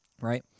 right